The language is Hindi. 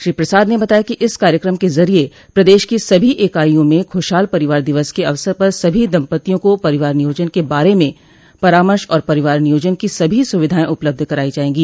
श्री प्रसाद ने बताया कि इस कार्यक्रम के जरिये प्रदेश की सभी इकाईयों में खुशहाल परिवार दिवस के अवसर पर सभी दम्पत्तियों को परिवार नियोजन के बारे में परामर्श और परिवार नियोजन की सभी सुविधाएं उपलब्ध कराई जायेंगी